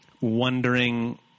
wondering